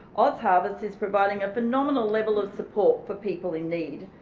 ozharvest is providing a phenomenal level of support for people in need.